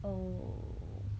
oh